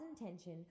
intention